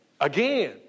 again